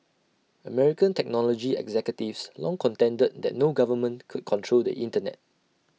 American technology executives long contended that no government could control the Internet